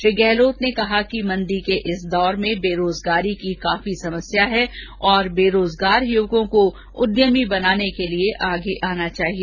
श्री गहलोत ने कहा कि मंदी के इस दौर में बेरोजगारी की काफी समस्या है और बेरोजगार युवकों को उद्यमी बनाने के लिए आगे आना चाहिए